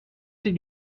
did